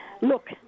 Look